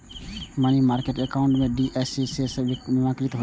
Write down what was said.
money market account FDIC सं बीमाकृत होइ छै